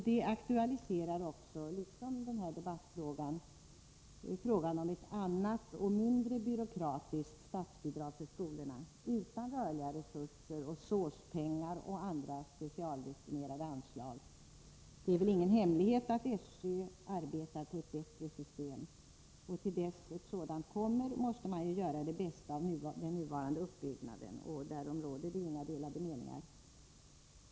Det aktualiserar också, liksom debattfrågan, frågan om ett annat och mindre byråkratiskt statsbidragssystem för skolorna utan rörliga resurser, SÅS-pengar och andra specialdestinerade anslag. Det är väl ingen hemlighet att SÖ arbetar på ett bättre system. Till dess ett sådant kommer måste man ju göra det bästa av den nuvarande uppbyggnaden; därom råder inga delade meningar.